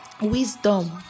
wisdom